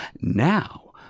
Now